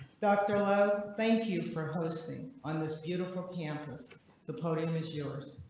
doctor. well, thank you for hosting on this beautiful campus the podium is yours.